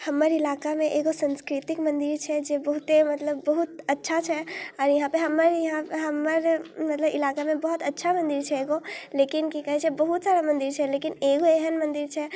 हमर इलाकामे एगो साँस्कृतिक मन्दिर छै जे बहुते मतलब बहुत अच्छा छै आओर इहाँपर हमर इहाँपर हमर मतलब इलाकामे बहुत अच्छा मन्दिर छै एगो लेकिन कि कहै छै बहुतसारा मन्दिर छै लेकिन एगो एहन मन्दिर छै